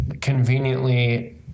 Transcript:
conveniently